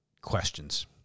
questions